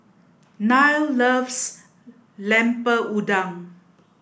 Nile loves lemper udang